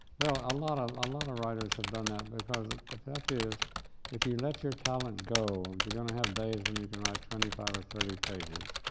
well, a lot of ah lot of writers have done that because ah the fact is if you let your talent go, you're going to have days when you can write twenty five or thirty pages,